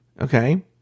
Okay